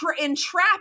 entrap